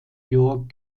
york